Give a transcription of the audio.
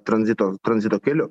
tranzito tranzito keliu